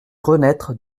renaître